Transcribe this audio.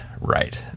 right